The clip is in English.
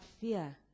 fear